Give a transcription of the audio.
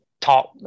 talk